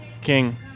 King